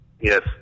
Yes